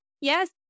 yes